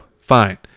fine